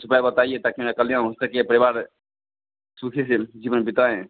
कुछ उपाय बताइए ताकि मेरा कल्याण हो सके परिवार सुखी से जीवन बिताएँ